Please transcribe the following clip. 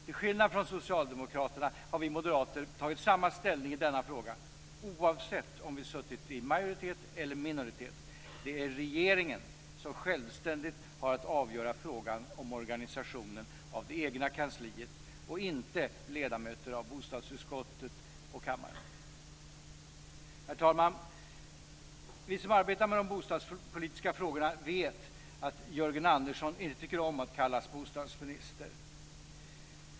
Till skillnad från socialdemokraterna har vi moderater intagit samma ställning i denna fråga oavsett om vi suttit i majoritet eller i minoritet. Det är regeringen som självständigt har att avgöra frågan om organisationen av det egna kansliet - inte ledamöter i bostadsutskottet och i kammaren. Herr talman! Vi som arbetar med de bostadspolitiska frågorna vet att Jörgen Andersson inte tycker om att kallas bostadsminister.